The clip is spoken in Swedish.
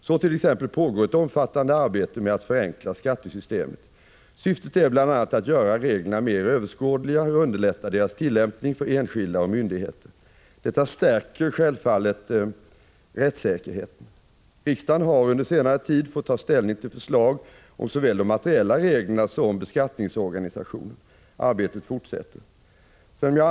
Så t.ex. pågår ett omfattande arbete med att förenkla skattesystemet. Syftet är bl.a. att göra reglerna mer överskådliga och underlätta deras tillämpning för enskilda och myndigheter. Detta stärker självfallet rättssäkerheten. Riksdagen har under senare tid fått ta ställning till förslag om såväl de materiella reglerna . Arbetet fortsätter.